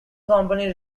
company